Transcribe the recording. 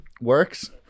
works